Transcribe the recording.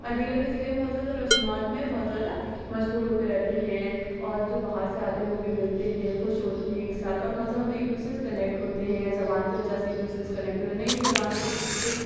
علی گڑھ کے ضلعے میں بہت زیادہ رسومات میں بہت زیادہ مشغول ہوتے رہتے ہیں اور جو باہر سے آتے ہیں وہ بھی ملتے ہیں خوش ہوتے ہیں ایک ساتھ اور مذہب میں ایک دوسرے سے کنیکٹ ہوتے ہیں زبان کی وجہ سے بھی ایک دوسرے سے کنیکٹ ہوئے نئی نئی زبانوں کو سیکھتے ہیں